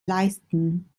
leisten